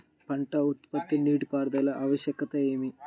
పంట ఉత్పత్తికి నీటిపారుదల ఆవశ్యకత ఏమి?